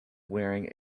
wearing